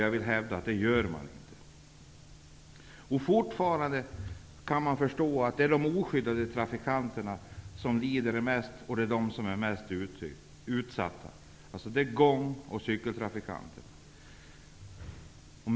Jag vill hävda att man inte gör det. Man kan förstå att det är de oskyddade trafikanterna som lider mest och som är de mest utsatta, dvs. gång och cykeltrafikanter.